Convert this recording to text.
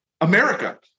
America